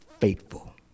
faithful